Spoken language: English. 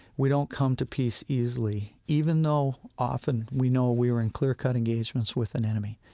we don't come to peace easily, even though often, we know we were in clear-cut engagements with an enemy.